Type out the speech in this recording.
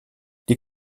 die